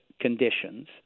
conditions